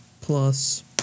plus